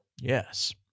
Yes